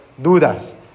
dudas